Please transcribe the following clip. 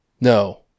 No